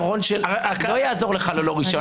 זה לא יעזור לך ללא רישיון.